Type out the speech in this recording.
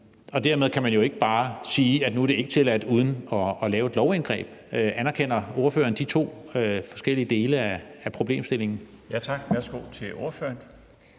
Dermed kan man jo ikke bare sige, at nu er det ikke tilladt, hvis ikke man laver et lovindgreb. Anerkender ordføreren de to forskellige dele af problemstillingen? Kl. 21:12 Den fg. formand